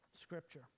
Scripture